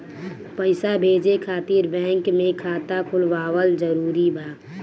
पईसा भेजे खातिर बैंक मे खाता खुलवाअल जरूरी बा?